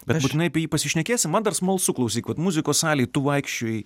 būtinai apie jį pasišnekėsim man dar smalsu klausyk vat muzikos salėj tu vaikščiojai